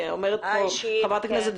אומרת פה חברת הכנסת,